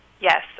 Yes